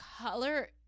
color